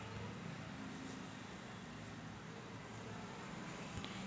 शेतीमंदी इलेक्ट्रॉनिक वस्तूचा वापर कराचा का?